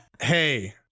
hey